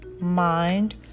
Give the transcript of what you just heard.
mind